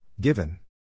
Given